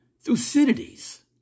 Thucydides